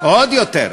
עוד יותר.